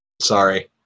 Sorry